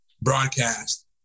broadcast